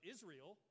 Israel